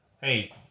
Hey